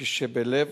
כשלב